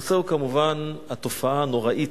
הנושא הוא כמובן התופעה הנוראית,